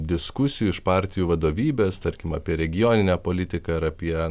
diskusijų iš partijų vadovybės tarkim apie regioninę politiką ar apie